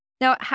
now